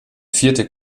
vierte